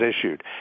issued